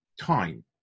time